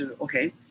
okay